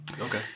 Okay